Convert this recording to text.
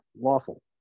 lawful